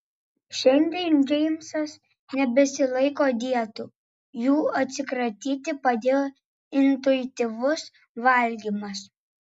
šiandien džeimsas nebesilaiko dietų jų atsikratyti padėjo intuityvus valgymas